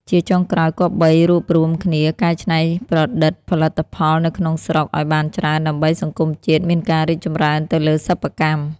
ជាចុងក្រោយគប្បីរួបរួមគ្នាកែច្នៃប្រឌិតផលិតផលនៅក្នុងស្រុកឲ្យបានច្រើនដើម្បីសង្គមជាតិមានការរីកច្រើនទៅលើសប្បិកម្ម។